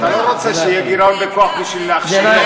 אתה לא רוצה שיהיה גירעון בכוח בשביל להכשיל או בשביל,